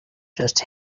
just